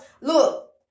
look